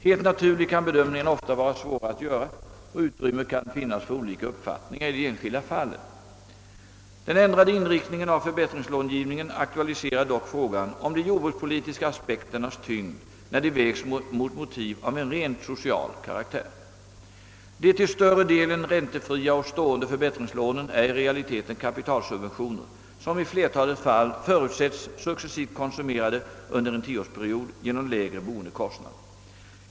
Helt naturligt kan bedömningarna ofta vara svåra att göra och utrymme kan finnas för olika uppfattningar i de enskilda fallen. Den ändrade inriktningen av förbättringslångivningen aktualiserar dock frågan om de jordbrukspolitiska aspekternas tyngd när de vägs mot motiv av en rent social karaktär. De till större delen räntefria och stående förbättringslånen är i realiteten kapitalsubventioner, som i flertalet fall förutsätts successivt konsumerade under en tioårsperiod genom lägre boende-kostnader.